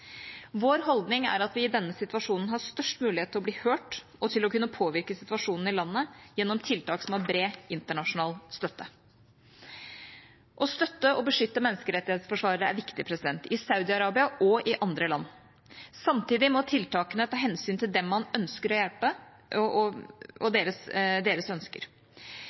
Vår holdning er at vi i denne situasjonen har størst mulighet til å bli hørt og til å kunne påvirke situasjonen i landet gjennom tiltak som har bred internasjonal støtte. Å støtte og beskytte menneskerettighetsforsvarere er viktig – i Saudi-Arabia og i andre land. Samtidig må tiltakene ta hensyn til dem man ønsker å hjelpe, og deres ønsker.